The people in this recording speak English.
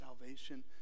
salvation